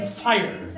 fire